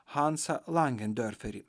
hansą langendorferį